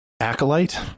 acolyte